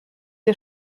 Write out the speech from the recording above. ihr